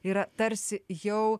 yra tarsi jau